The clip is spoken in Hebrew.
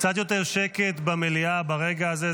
קצת יותר שקט במליאה ברגע הזה,